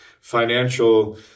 financial